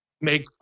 make